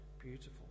beautiful